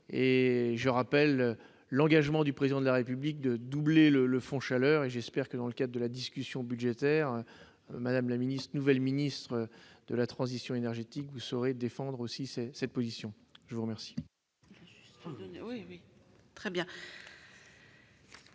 Je rappelle l'engagement du Président de la République de doubler le fonds chaleur. J'espère que, dans le cadre de la discussion budgétaire, la nouvelle ministre de la transition énergétique que vous êtes saura défendre cette position. Je mets aux voix